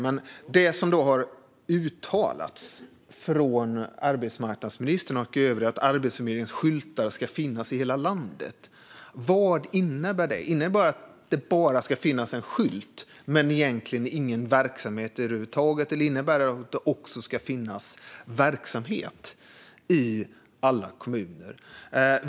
Men det som har uttalats från arbetsmarknadsministern och övriga om att Arbetsförmedlingens skyltar ska finnas i hela landet, vad innebär det? Innebär det att det bara ska finnas en skylt men egentligen ingen verksamhet över huvud taget? Eller innebär det att det också ska finnas verksamhet i alla kommuner?